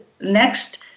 next